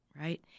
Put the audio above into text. right